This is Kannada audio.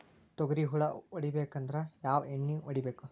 ತೊಗ್ರಿ ಹುಳ ಹೊಡಿಬೇಕಂದ್ರ ಯಾವ್ ಎಣ್ಣಿ ಹೊಡಿಬೇಕು?